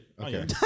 Okay